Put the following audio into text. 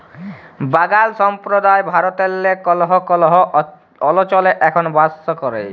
বাগাল সম্প্রদায় ভারতেল্লে কল্হ কল্হ অলচলে এখল বাস ক্যরে